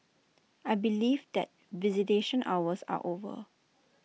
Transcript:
I believe that visitation hours are over